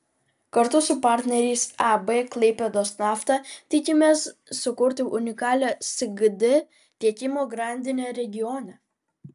kartu su partneriais ab klaipėdos nafta tikimės sukurti unikalią sgd tiekimo grandinę regione